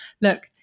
look